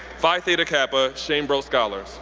phi theta kappa, schoenbrodt scholar.